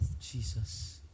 jesus